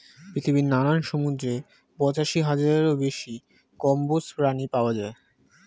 পৃথিবীর নানান সমুদ্রে পঁচাশি হাজারেরও বেশি কম্বোজ প্রাণী পাওয়া যায়